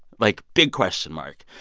like, big question mark.